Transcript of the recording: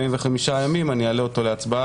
חבר הכנסת אמיר אוחנה איתנו כאן בפתח הדיון באולם הוועדה.